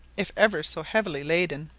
if ever so heavily laden.